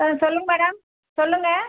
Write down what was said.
சொல்லுங்கள் மேடம் சொல்லுங்கள்